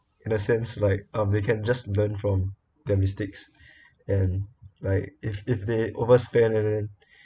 in a sense like um they can just learn from their mistakes and like if if they overspend and then